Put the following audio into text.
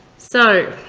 so,